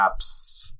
apps